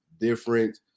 different